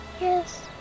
Yes